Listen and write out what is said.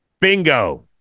Bingo